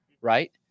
right